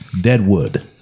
Deadwood